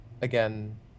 again